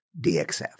DXF